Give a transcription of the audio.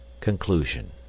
Conclusion